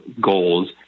goals